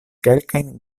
kelkajn